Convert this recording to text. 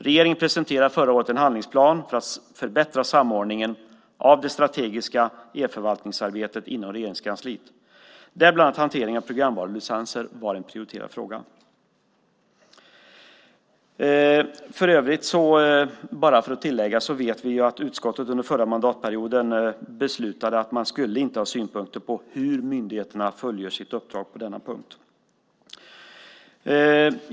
Regeringen presenterade förra året en handlingsplan för att förbättra samordningen av det strategiska e-förvaltningsarbetet inom Regeringskansliet där bland annat hanteringen av programvarulicenser var en prioriterad fråga. Jag kan tillägga att utskottet under den förra mandatperioden beslutade att man inte skulle ha synpunkter på hur myndigheterna fullgör sitt uppdrag på denna punkt.